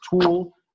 tool